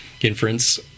inference